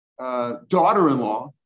Daughter-in-law